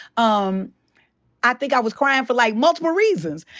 um i think i was cryin' for, like, multiple reasons.